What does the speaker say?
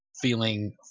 feeling